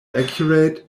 accurate